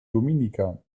dominica